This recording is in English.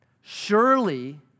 Surely